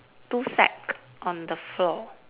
two sack on the floor